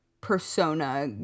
persona